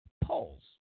Polls